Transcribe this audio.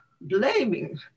blaming